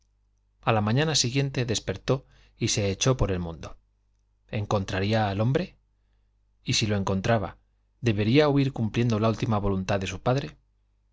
a la mañana siguiente despertó y se echó por el mundo encontraría al hombre y si lo encontraba debería huir cumpliendo la última voluntad de su padre